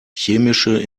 chemische